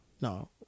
No